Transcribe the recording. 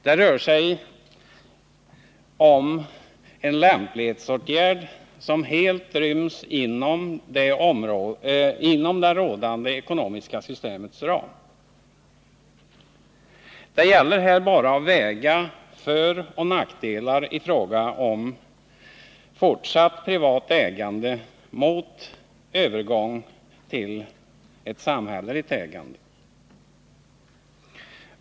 Det rör sig om en lämplighetsåtgärd, som helt ryms inom det rådande ekonomiska systemets ram. Det gäller här bara att väga föroch nackdelar i fråga om fortsatt privat ägande, mot en övergång till ett samhälleligt ägande.